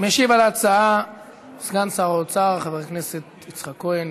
משיב על ההצעה סגן שר האוצר חבר הכנסת יצחק כהן.